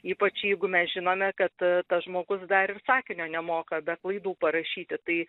ypač jeigu mes žinome kad tas žmogus dar ir sakinio nemoka be klaidų parašyti tai